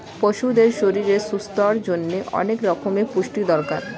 পশুদের শরীরের সুস্থতার জন্যে অনেক রকমের পুষ্টির দরকার